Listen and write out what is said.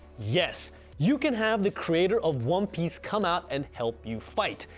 yes you can have the creator of one piece come out and help you fight!